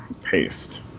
paste